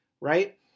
Right